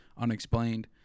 unexplained